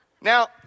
Now